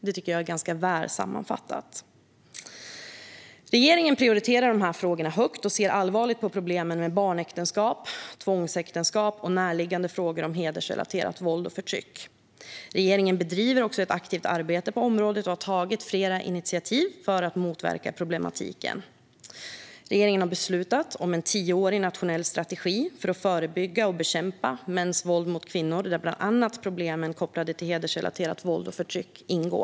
Jag tycker att detta är väl sammanfattat. Regeringen prioriterar dessa frågor högt och ser allvarligt på problemen med barnäktenskap, tvångsäktenskap och närliggande frågor om hedersrelaterat våld och förtryck. Regeringen bedriver också ett aktivt arbete på området och har tagit flera initiativ för att motverka problematiken. Regeringen har beslutat om en tioårig nationell strategi för att förebygga och bekämpa mäns våld mot kvinnor. Där ingår bland annat problem kopplade till hedersrelaterat våld och förtryck.